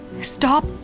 Stop